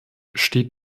steht